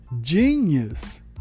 Genius